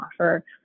offer